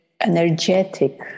energetic